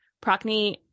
Procne